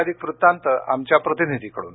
अधिक वृत्तांत आमच्या प्रतिनिधीकडून